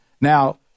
now